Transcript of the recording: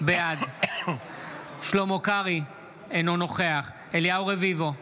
בעד שלמה קרעי, אינו נוכח אליהו רביבו,